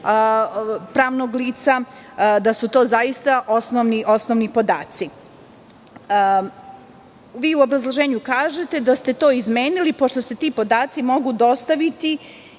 pravnog lica, da su to zaista osnovni podaci. Vi u obrazloženju kažete da ste to izmenili pošto se ti podaci mogu dostaviti